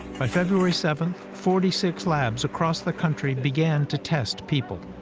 by february seven, forty six labs across the country began to test people.